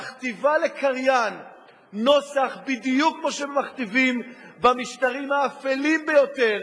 מכתיבה לקריין נוסח בדיוק כמו שמכתיבים במשטרים האפלים ביותר.